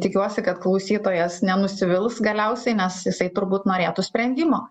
tikiuosi kad klausytojas nenusivils galiausiai nes jisai turbūt norėtų sprendimo